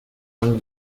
young